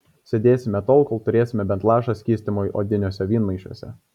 sėdėsime tol kol turėsime bent lašą skystimo odiniuose vynmaišiuose